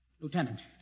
Lieutenant